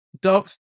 dogs